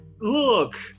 Look